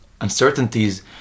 uncertainties